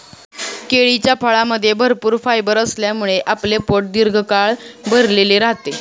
केळीच्या फळामध्ये भरपूर फायबर असल्यामुळे आपले पोट दीर्घकाळ भरलेले राहते